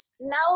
now